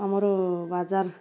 ଆମର ବଜାର